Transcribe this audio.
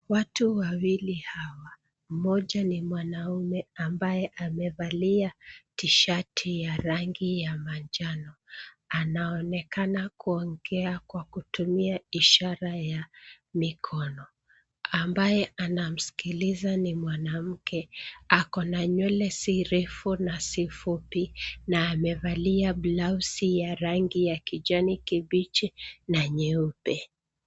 Watu waili hawa, mmoja ni mwanamume ambaye amevalia tishati ya rangi ya manjano anaonekana kuongea kwa kutumia ishara ya mikono. Ambaye anamsikiliza ni mwanamke. Ako na nywele si refu na si fupi na amevalia blausi ya rangi ya kijani kibichi na nyeupe.